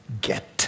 get